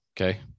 Okay